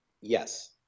Yes